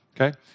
okay